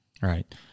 right